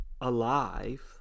alive